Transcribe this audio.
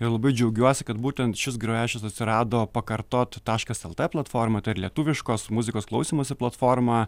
ir labai džiaugiuosi kad būtent šis grojaraštis atsirado pakartot taškas lt platformoj tai ir lietuviškos muzikos klausymosi platforma